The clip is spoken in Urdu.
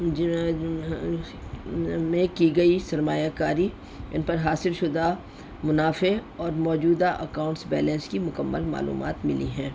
میں کی گئی سرمایہ کاری ان پر حاصل شدہ منافع اور موجودہ اکاؤنٹس بیلنس کی مکمل معلومات ملی ہیں